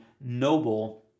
Noble